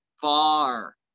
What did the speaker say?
far